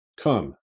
come